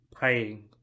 paying